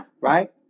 Right